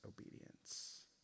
obedience